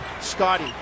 scotty